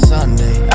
Sunday